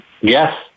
Yes